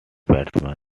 batsman